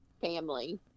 family